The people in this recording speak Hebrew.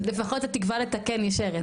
לפחות התקווה לתקן נשארת.